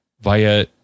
via